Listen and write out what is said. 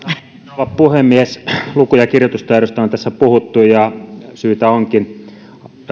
rouva puhemies luku ja kirjoitustaidosta on tässä puhuttu ja syytä onkin